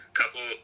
couple